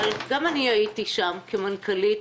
אבל גם אני הייתי שם כמנכ"לית